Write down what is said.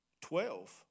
Twelve